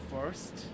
first